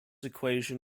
equation